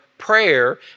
prayer